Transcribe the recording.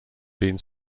been